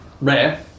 rare